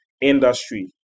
industry